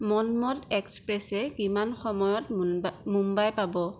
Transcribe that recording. মনমড এক্সপ্রেচে কিমান সময়ত মুম্বাই পাব